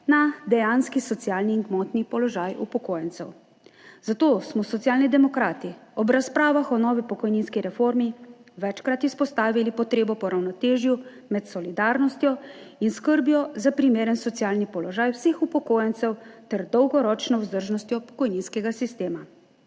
na dejanski socialni in gmotni položaj upokojencev, zato smo Socialni demokrati ob razpravah o novi pokojninski reformi večkrat izpostavili potrebo po ravnotežju med solidarnostjo in skrbjo za primeren socialni položaj vseh upokojencev ter dolgoročno vzdržnostjo pokojninskega sistema.